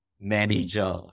manager